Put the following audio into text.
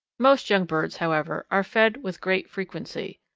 most young birds, however, are fed with great frequency.